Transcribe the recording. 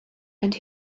and